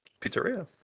pizzeria